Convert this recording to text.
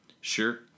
Sure